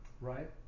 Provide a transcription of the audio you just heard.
Right